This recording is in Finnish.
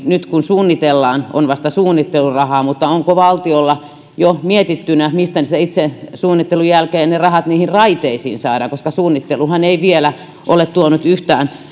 nyt kun suunnitellaan on vasta suunnittelurahaa mutta onko valtiolla jo mietittynä mistä itse suunnittelun jälkeiset rahat niihin raiteisiin saadaan koska suunnitteluhan ei vielä ole tuonut yhtään